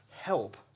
help